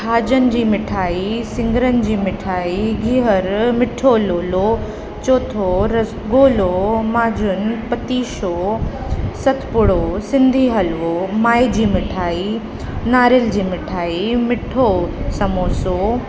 खाॼनि जी मिठाई सिङरनि जी मिठाई गिहर मिठो लोलो चौथो रसगुल्लो माजून पतीशो सतपुड़ो सिंधी हलवो माए जी मिठाई नारियल जी मिठाई मिठो समोसो